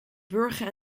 wurgen